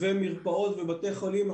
מרפאות ובתי חולים,